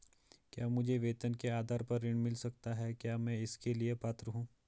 क्या मुझे वेतन के आधार पर ऋण मिल सकता है क्या मैं इसके लिए पात्र हूँ?